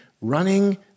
running